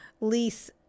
lease